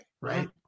Right